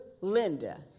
Linda